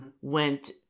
went